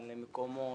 על מקומות,